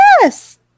Yes